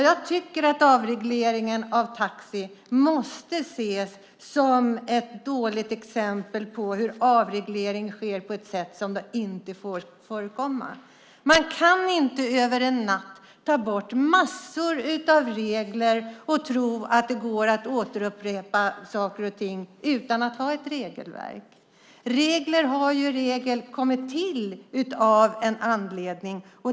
Jag tycker att avregleringen av taxinäringen måste ses som ett dåligt exempel och som ett exempel på hur avreglering inte får ske. Man kan inte över en natt ta bort massor av regler och tro att det går att återupprätta saker och ting utan att ha ett regelverk. Regler har i regel kommit till av en anledning.